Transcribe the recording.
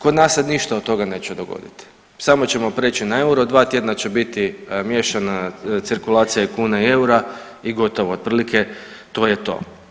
Kod nas se ništa od toga neće dogoditi, samo ćemo prijeći na euro, dva tjedna će biti miješana cirkulacija i kune i eura i gotovo, otprilike to je to.